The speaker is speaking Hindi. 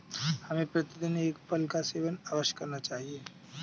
हमें प्रतिदिन एक फल का सेवन अवश्य करना चाहिए